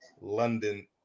London